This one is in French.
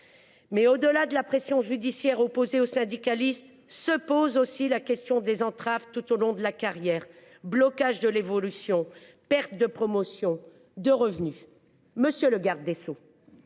Au delà de la pression judiciaire opposée aux syndicalistes se pose aussi la question des entraves tout au long de la carrière : blocage de l’évolution professionnelle, perte de promotions et de revenus. Monsieur le garde des sceaux,